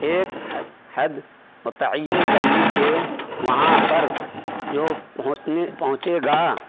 ایک حد حد متعین کر لی کہ وہاں پر جو پہنچنے پہنچے گا